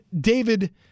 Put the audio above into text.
David